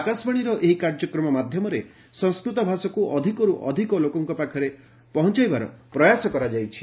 ଆକାଶବାଣୀର ଏହି କାର୍ଯ୍ୟକ୍ରମ ମାଧ୍ୟମରେ ସଂସ୍କୃତ ଭାଷାକୁ ଅଧିକରୁ ଅଧିକ ଲୋକଙ୍କ ପାଖରେ ପହଞ୍ଚାଇବାର ପ୍ରୟାସ କରାଯାଇଛି